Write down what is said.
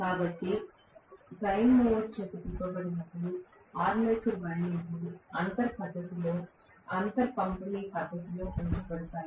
కాబట్టి prime mover చేత తిప్పబడినప్పుడు ఆర్మేచర్ వైండింగ్లు అంతర్ పంపిణీ పద్ధతిలో ఉంచబడతాయి